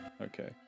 Okay